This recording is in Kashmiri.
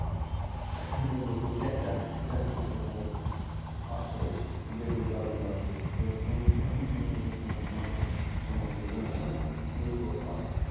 تٔمۍ لَگو ٹیکٹر ٹیکٹر سۭتۍ آیہِ آسٲیِش بیٚیہِ گوٚو جلدی جلدی یۄس کٲم دَہَن دۄہَن ٲس گژھان مۄکلان سۄ مۄکلے گٲنٹَس منٛز گوٚو یہِ اوس اکھ